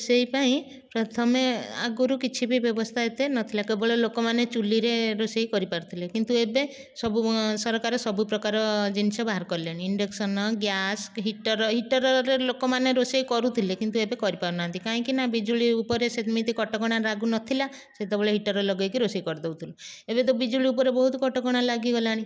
ସେଇପାଇଁ ପ୍ରଥମେ ଆଗରୁ କିଛି ବି ବ୍ୟବସ୍ତା ଏତେ ନ ଥିଲା କେବଳ ଲୋକମାନେ ଚୁଲ୍ହିରେ ରୋଷେଇ କରିପାରୁଥିଲେ କିନ୍ତୁ ଏବେ ସବୁ ସରକାର ସବୁପ୍ରକାର ଜିନିଷ ବାହାର କଲେଣି ଇଣ୍ଡକ୍ସନ୍ ଗ୍ୟାସ୍ ହିଟର୍ ହିଟର୍ରେ ଲୋକମାନେ ରୋଷେଇ କରୁଥିଲେ କିନ୍ତୁ ଏବେ କରିପାରୁ ନାହାନ୍ତି କାହିଁକିନା ବିଜୁଳି ଉପରେ ସେମିତି କଟକଣା ଲାଗୁ ନ ଥିଲା ସେତେବେଳେ ହିଟର୍ରେ ରୋଷେଇ କରିଦେଉଥିଲୁ ଏବେ ତ ବିଜୁଳି ଉପରେ ବହୁତ କଟକଣା ଲାଗିଗଲାଣି